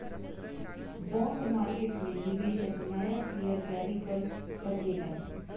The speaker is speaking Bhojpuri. बॉन्ड मार्केट में निवेशक नाया शेयर जारी कर सकेलन